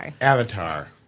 Avatar